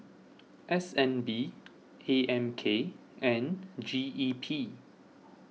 S N B A M K and G E P